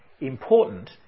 important